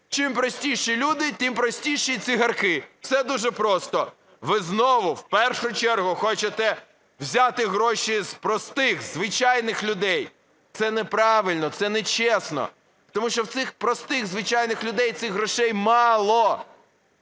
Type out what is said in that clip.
Чим простіші люди – тим простіші і цигарки. Все дуже просто. Ви знову, в першу чергу, хочете взяти гроші з простих, звичайних людей. Це неправильно, це нечесно, тому що в цих простих, звичайних людей цих грошей мало.